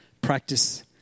Practice